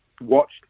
watched